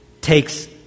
takes